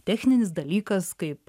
techninis dalykas kaip